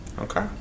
Okay